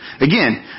Again